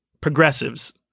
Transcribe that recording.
Progressives